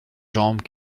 jambes